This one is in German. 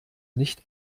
nicht